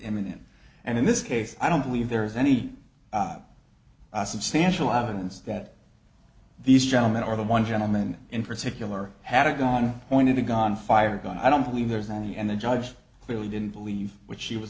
imminent and in this case i don't believe there is any substantial evidence that these gentlemen are the one gentleman in particular had a gun pointed a gun fire a gun i don't believe there's any and the judge really didn't believe what she was